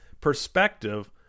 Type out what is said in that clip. perspective